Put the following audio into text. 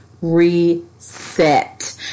reset